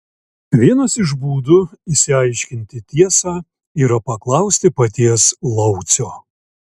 vienas iš būdų išsiaiškinti tiesą yra paklausti paties laucio